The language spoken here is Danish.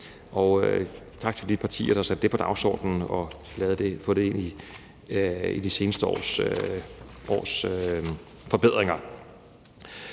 Tak til de partier, der satte det på dagsordenen og fik det ind i de seneste års forbedringer.